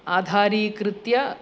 आधारीकृत्य